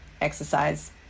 exercise